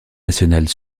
nationale